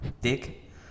Dick